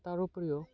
তাৰ উপৰিও